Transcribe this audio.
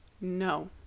No